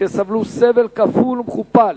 שסבלו סבל כפול ומכופל,